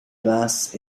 glass